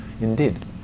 indeed